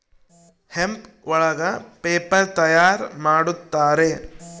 hemp ಒಳಗ paper ತಯಾರ್ ಮಾಡುತ್ತಾರೆ